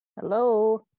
hello